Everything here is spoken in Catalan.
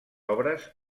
obres